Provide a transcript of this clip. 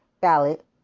ballot